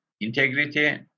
integrity